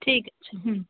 ঠিক আছে হুম